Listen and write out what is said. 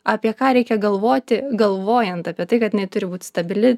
apie ką reikia galvoti galvojant apie tai kad jinai turi būt stabili